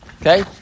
okay